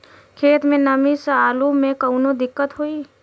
खेत मे नमी स आलू मे कऊनो दिक्कत होई?